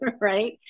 right